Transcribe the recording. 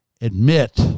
admit